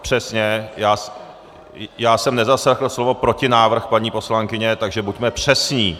Přesně, já jsem nezaslechl slovo protinávrh, paní poslankyně, takže buďme přesní.